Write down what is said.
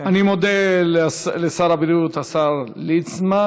מודה לשר הבריאות, השר ליצמן.